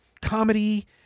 comedy